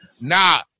now